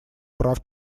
прав